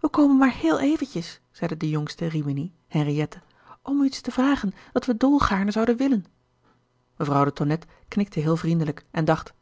wij komen maar heel eventjes zeide de jongste rimini henriette om u iets te vragen dat we dol gaarne zouden willen mevrouw de tonnette knikte heel vriendelijk en dacht